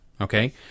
okay